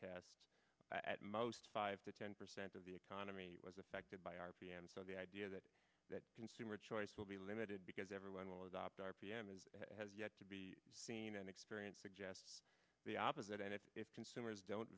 tasks at most five to ten percent of the economy was affected by r p and so the idea that that consumer choice will be limited because everyone will adopt r p m is has yet to be seen and experienced suggests the opposite and if consumers don't